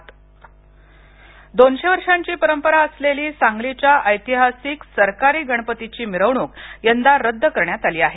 सांगली दोनशे वर्षाची परंपरा असलेली सांगलीच्या ऐतिहासिक सरकारी गणपतीची मिरवणूक यंदा रद्द करण्यात आली आहे